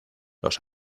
los